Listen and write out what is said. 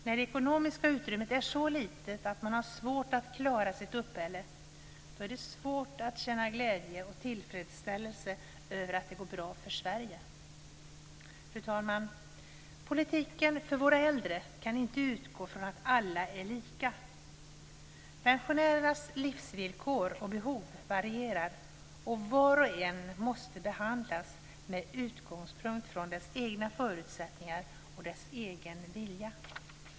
När det ekonomiska utrymmet är så litet att man har svårt att klara sitt uppehälle är det svårt att känna glädje och tillfredsställelse över att det går bra för Sverige. Fru talman! Politiken för våra äldre kan inte utgå från att alla är lika. Pensionärernas livsvillkor och behov varierar, och var och en måste behandlas med utgångspunkt från sina egna förutsättningar och sin egen vilja.